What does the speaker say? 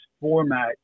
format